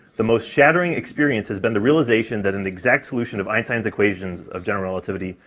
the most shattering experience has been the realization that an exact solution of einstein's equations of general relativity,